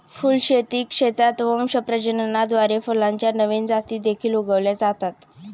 फुलशेती क्षेत्रात वंश प्रजननाद्वारे फुलांच्या नवीन जाती देखील उगवल्या जातात